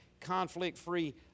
conflict-free